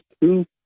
two